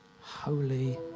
holy